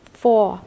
four